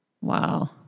Wow